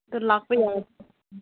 ꯑꯗꯨ ꯂꯥꯛꯄ ꯌꯥꯕ꯭ꯔꯣ